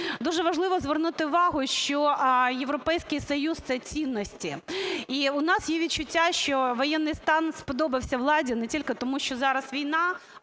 Дуже важливо звернути увагу, що Європейський Союз – це цінності. І у нас є відчуття, що воєнний стан сподобався владі, не тільки тому що зараз війна,